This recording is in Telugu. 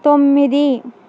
తొమ్మిది